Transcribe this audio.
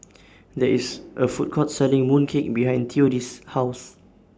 There IS A Food Court Selling Mooncake behind Theodis' House